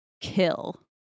kill